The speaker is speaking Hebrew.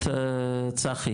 את צחי